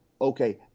okay